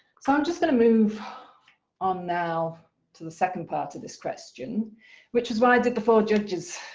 so i'm just going to move on now to the second part of this question which was why i did before judges,